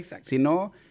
sino